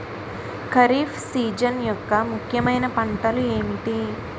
Kharif season యెక్క ముఖ్యమైన పంటలు ఏమిటీ?